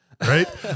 Right